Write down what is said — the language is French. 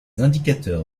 indicateurs